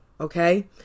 okay